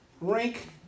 rank